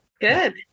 Good